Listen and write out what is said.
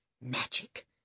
magic